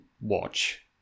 watch